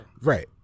Right